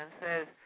says